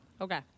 Okay